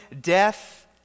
death